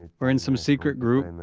ah or in some secret group,